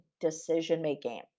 decision-making